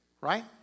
right